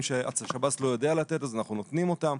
שהשב"ס לא יודע לתת אז אנחנו נותנים אותם,